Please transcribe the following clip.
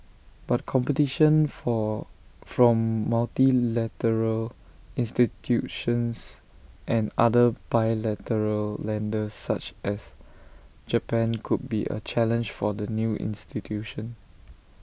but competition from from multilateral institutions and other bilateral lenders such as Japan could be A challenge for the new institution